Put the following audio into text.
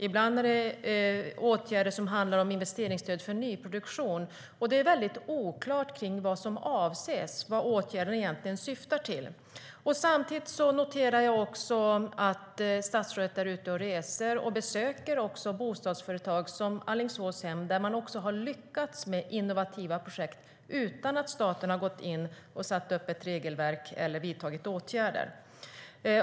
Ibland handlar det om investeringsstöd för nyproduktion. Det är väldigt oklart vad som avses och vad åtgärderna syftar till. Jag noterar också att statsrådet är ute och reser och besöker bostadsföretag som Alingsåshem där man har lyckats med innovativa projekt utan att staten har gått in och satt upp ett regelverk eller vidtagit åtgärder.